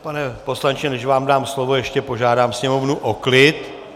Pane poslanče, než vám dám slovo, ještě požádám sněmovnu o klid.